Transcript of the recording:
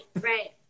right